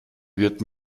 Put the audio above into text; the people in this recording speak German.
wird